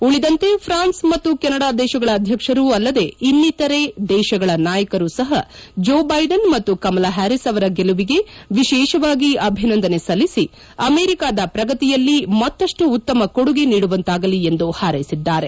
ಉಳಿದಂತೆ ಫ್ರಾನ್ಸ್ ಮತ್ತು ಕೆನಡಾ ದೇಶಗಳ ಅಧ್ಯಕ್ಷರು ಅಲ್ಲದೇ ಇನ್ನಿತರೆ ದೇಶಗಳ ನಾಯಕರು ಸಹ ಜೋ ಬೈಡನ್ ಮತ್ತು ಕಮಲಾ ಹ್ಯಾರಿಸ್ ಅವರ ಗೆಲುವಿಗೆ ವಿಶೇಷವಾಗಿ ಅಭಿನಂದನೆ ಸಲ್ಲಿಸಿ ಅಮೆರಿಕದ ಪ್ರಗತಿಯಲ್ಲಿ ಮತ್ತಷ್ಟು ಉತ್ತಮ ಕೊಡುಗೆ ನೀಡುವಂತಾಗಲಿ ಎಂದು ಹಾರ್ಸೆಸಿದ್ದಾರೆ